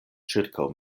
ĉirkaŭ